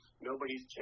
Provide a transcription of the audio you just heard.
Nobody's